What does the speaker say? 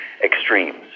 extremes